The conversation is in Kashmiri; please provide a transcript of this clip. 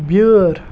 بیٲر